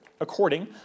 according